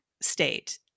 state